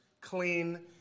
clean